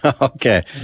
Okay